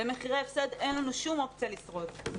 במחירי הפסד אין לנו שום אופציה לשרוד.